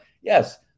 Yes